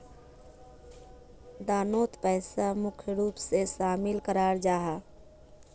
दानोत पैसा मुख्य रूप से शामिल कराल जाहा